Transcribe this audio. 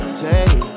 take